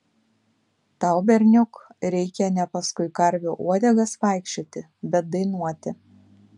tau berniuk reikia ne paskui karvių uodegas vaikščioti bet dainuoti